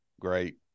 great